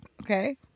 Okay